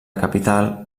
capital